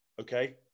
Okay